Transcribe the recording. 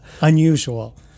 unusual